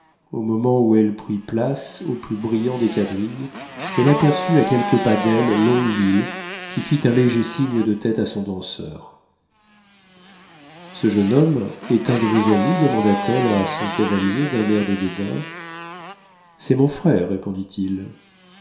au moment où elle prit place au plus brillant des quadrilles elle aperçut à quelques pas d'elle longueville qui fit un léger signe de tête à son danseur ce jeune homme est un de vos amis demanda-t-elle à son cavalier d'un air de dédain c'est mon frère répondit-il